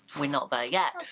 we're not there yet.